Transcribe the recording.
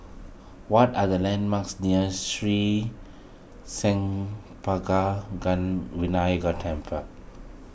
what are the landmarks near Sri Senpaga Vinayagar Temple